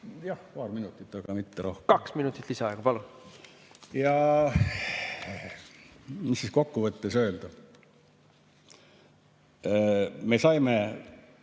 Jah, paar minutit, aga mitte rohkem. Kaks minutit lisaaega, palun! Ja mis siis kokkuvõttes öelda? Me saime